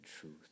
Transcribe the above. truth